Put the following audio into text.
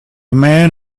man